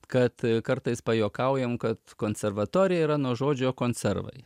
kad kartais pajuokaujam kad konservatorija yra nuo žodžio konservai